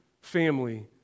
family